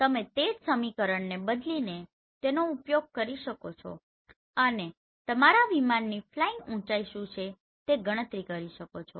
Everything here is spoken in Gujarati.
તમે તે જ સમીકરણને બદલીને તેનો ઉપયોગ કરી શકો છો અને તમારા વિમાનની ફ્લાઈંગ ઊચાઇ શું છે તેની ગણતરી કરી શકો છો